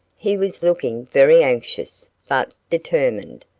he was looking very anxious, but determined.